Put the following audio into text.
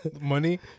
Money